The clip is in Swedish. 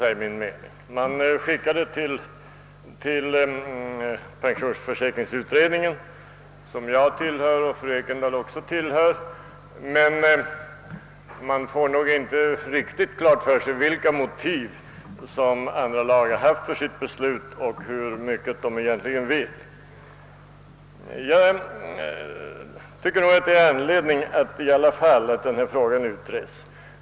ärendet skickades till pensionsförsäkringskommittén, som både jag och fru Ekendahl tillhör, men man får nog inte riktigt klart för sig vilka motiv som andra lagutskottet haft och hur långt utskottet egentligen vill sträcka sig. Det finns anledning till att denna fråga utreds.